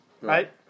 right